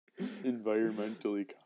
Environmentally